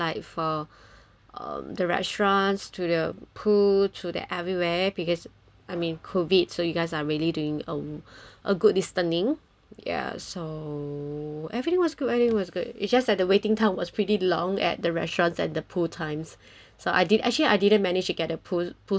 um the restaurants to the pool to there everywhere because I mean COVID so you guys are really doing uh a good distancing yes so everything was good everything was good it just that the waiting time was pretty long at the restaurants at the pool times so I did actually I didn't manage to get a pool pool slot but